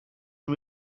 and